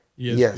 Yes